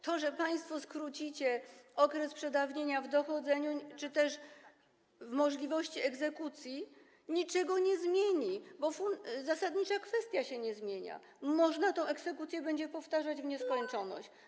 To, że państwo skrócicie okres przedawnienia w dochodzeniu czy też w możliwości egzekucji, niczego nie zmieni, bo zasadnicza kwestia się nie zmienia - tę egzekucję będzie można powtarzać w nieskończoność.